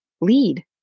lead